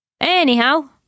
Anyhow